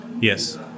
yes